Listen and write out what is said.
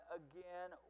again